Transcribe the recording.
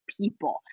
people